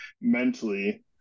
mentally